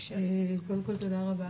קודם כל תודה רבה